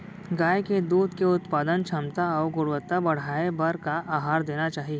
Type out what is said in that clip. गाय के दूध के उत्पादन क्षमता अऊ गुणवत्ता बढ़ाये बर का आहार देना चाही?